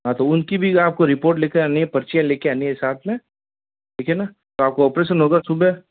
हाँ तो उनकी भी आप को रिपोर्ट ले कर आनी है पर्चियाँ ले के आनी है साथ में ठीक है ना तो आप को ऑपरेशन होगा सुबह